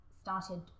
started